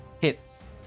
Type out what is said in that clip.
hits